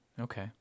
Okay